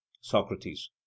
Socrates